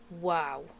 wow